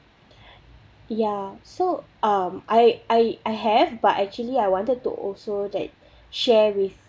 yeah so um I I I have but actually I wanted to also that share with